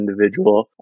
individual